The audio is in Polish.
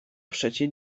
przecie